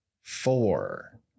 four